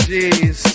Jeez